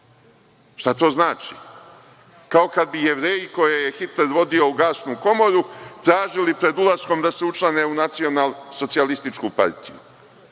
Šta to znači? Kao kad bi Jevreji koje je Hitler vodio u gasnu komoru tražili pred ulaskom da se učlane u nacionalsocijalističku partiju.